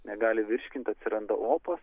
negali virškint atsiranda opos